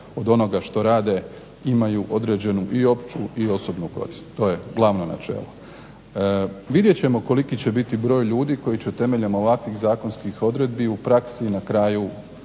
od onoga što rade imaju određenu i opću i osobnu korist to je glavno načelo. Vidjet ćemo koliki će biti broj ljudi koji će temeljem ovakvih zakonskih odredbi u praksi na kraju